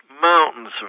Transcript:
mountains